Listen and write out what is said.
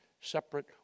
separate